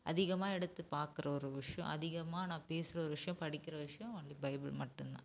அதிகமாக எடுத்து பார்க்கற ஒரு விஷயம் அதிகமாக நான் பேசுகிற ஒரு விஷயம் படிக்கிற விஷயம் ஒன்லி பைபிள் மட்டும் தான்